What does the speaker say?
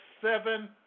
seven